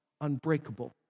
unbreakable